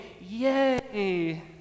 yay